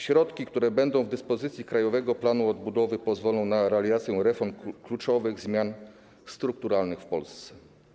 Środki, które będą w dyspozycji krajowego planu odbudowy, pozwolą na realizację reform, kluczowych zmian strukturalnych w Polsce.